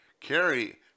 Carrie